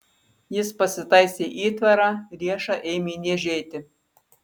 jis pasitaisė įtvarą riešą ėmė niežėti